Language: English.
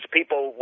people